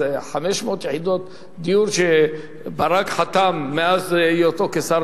איזה 500 יחידות דיור שברק חתם מאז היותו שר